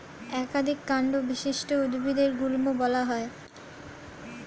একাধিক কান্ড বিশিষ্ট উদ্ভিদদের গুল্ম বলা হয়